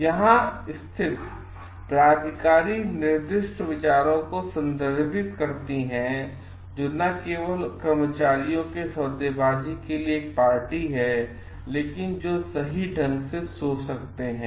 यहां स्थित प्राधिकारी निर्दिष्ट विचारों को संदर्भित करती हैं न केवल वे जो कर्मचारियों के सौदेबाजी के लिए एक पार्टी हैं लेकिन जो सही ढंग से सोच सकते हैं